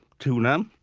tuna,